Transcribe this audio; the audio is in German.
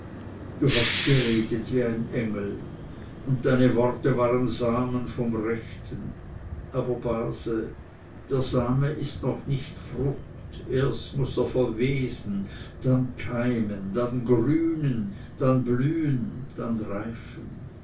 du hast geredet wie ein engel und deine worte waren samen vom rechten aber base der same ist noch nicht frucht erst muß er verwesen dann keimen dann grünen dann blühen dann reifen